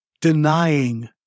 denying